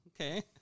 okay